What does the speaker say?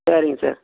சரிங்க சார்